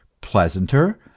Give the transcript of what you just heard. Pleasanter